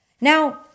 Now